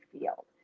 field